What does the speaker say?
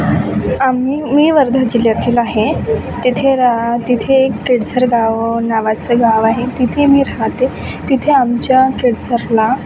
आम्ही मी वर्धा जिल्ह्यातील आहे तिथे राह तिथे एक खेडसर गाव नावाचं गाव आहे तिथे मी राहते तिथे आमच्या खेडसरला